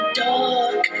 dark